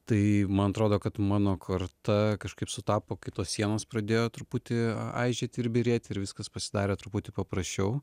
tai man atrodo kad mano karta kažkaip sutapo kai tos sienos pradėjo truputį aižėti ir byrėti ir viskas pasidarė truputį paprasčiau